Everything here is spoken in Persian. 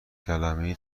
کلمه